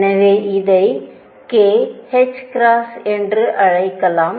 எனவே இதை kℏ என்றுஅழைக்கலாம்